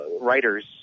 writers